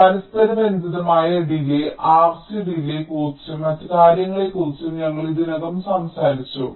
അതിനാൽ പരസ്പരബന്ധിതമായ delay RC delay കുറിച്ചും മറ്റ് കാര്യങ്ങളെക്കുറിച്ചും ഞങ്ങൾ ഇതിനകം സംസാരിച്ചു